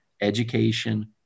education